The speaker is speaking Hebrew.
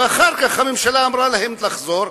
ואחר כך הממשלה אמרה להם לחזור,